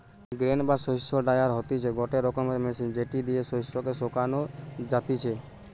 grain বা শস্য dryer হতিছে গটে রকমের মেশিন যেটি দিয়া শস্য কে শোকানো যাতিছে